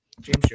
James